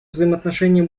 взаимоотношения